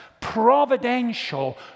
providential